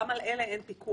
גם על אלה אין פיקוח.